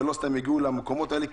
כי לא סתם הם הגיעו למקומות האלה,